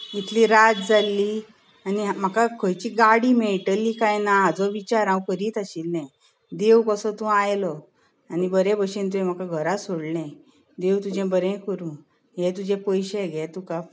इतली रात जाल्ली आनी म्हाका खंयची गाडी मेळटली काय ना हाचो विचार हांव करीत आशिल्लें देव कसो तूं आयलो आनी बरें भशेन तुवें म्हाका घरा सोडलें देव तुजें बरें करूं हे तुजे पयशे घे तुका